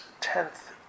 tenth